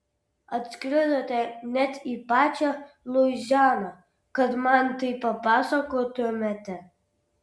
atskridote net į pačią luizianą kad man tai papasakotumėte